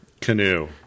Canoe